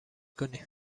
کنی